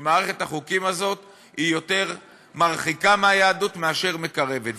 שמערכת החוקים הזאת היא יותר מרחיקה מהיהדות מאשר מקרבת.